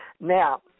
Now